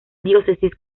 diócesis